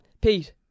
Pete